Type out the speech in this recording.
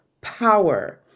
power